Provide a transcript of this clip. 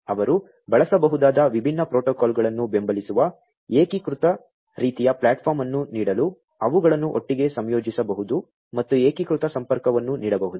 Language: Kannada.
ಅವರು ಬಳಸಬಹುದಾದ ವಿಭಿನ್ನ ಪ್ರೋಟೋಕಾಲ್ಗಳನ್ನು ಬೆಂಬಲಿಸುವ ಏಕೀಕೃತ ರೀತಿಯ ಪ್ಲಾಟ್ಫಾರ್ಮ್ ಅನ್ನು ನೀಡಲು ಅವುಗಳನ್ನು ಒಟ್ಟಿಗೆ ಸಂಯೋಜಿಸಬಹುದು ಮತ್ತು ಏಕೀಕೃತ ಸಂಪರ್ಕವನ್ನು ನೀಡಬಹುದು